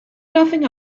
nothing